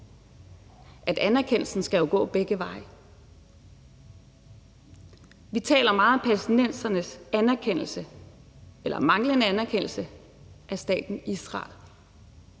at anerkendelsen jo skal gå begge veje. Vi taler meget om palæstinensernes anerkendelse eller manglende anerkendelse af staten Israel,